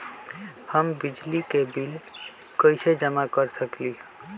हम बिजली के बिल कईसे जमा कर सकली ह?